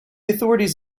authorities